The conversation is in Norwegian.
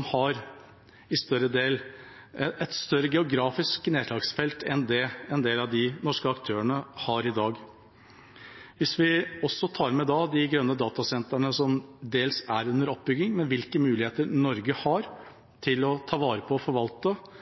med et større geografisk nedslagsfelt enn det en del av de norske aktørene har i dag. Hvis vi også tar med de grønne datasentrene, som dels er under oppbygging, og hvilke muligheter Norge har til å ta vare på, forvalte og